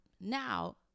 Now